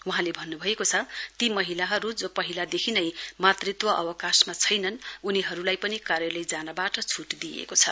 वहाँले भन्नु भएको छ ती महिलाहरू जो पहिलादेखि नै मातृत्त्व अवकाशमा छैनन् उनीहरूलाई पनि कार्यालय जानबाट छुट दिइएको छ